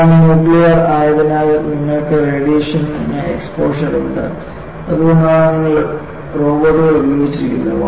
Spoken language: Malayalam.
ഇതെല്ലാം ന്യൂക്ലിയർ ആയതിനാൽ നിങ്ങൾക്ക് റേഡിയേഷന് എക്സ്പോഷർ ഉണ്ട് അതുകൊണ്ടാണ് നിങ്ങൾ റോബോട്ടുകൾ ഉപയോഗിച്ചിരിക്കുന്നത്